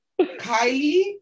Kylie